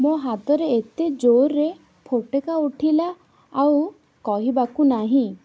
ମୋ ହାତରେ ଏତେ ଜୋର୍ରେ ଫୋଟକା ଉଠିଲା ଆଉ କହିବାକୁ ନାହିଁ